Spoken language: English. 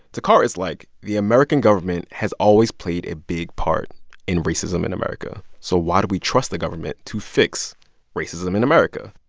to kara, it's like the american government has always played a big part in racism in america. so why do we trust the government to fix racism in america?